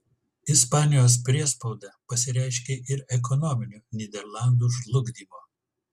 ispanijos priespauda pasireiškė ir ekonominiu nyderlandų žlugdymu